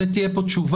על זה תהיה פה תשובה,